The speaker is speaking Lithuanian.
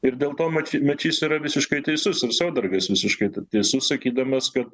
ir dėl to mačy mečys yra visiškai teisus ir saudargas visiškai teisus sakydamas kad